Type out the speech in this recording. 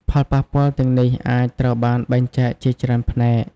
ផលប៉ះពាល់ទាំងនេះអាចត្រូវបានបែងចែកជាច្រើនផ្នែក៖